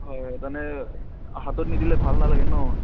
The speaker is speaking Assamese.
হয় তাৰমানে হাতত নিদিলে ভাল নালাগে ন